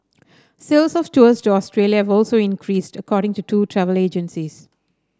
sales of tours to Australia have also increased according to two travel agencies